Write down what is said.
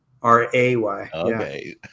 Ray